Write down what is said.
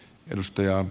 kiitos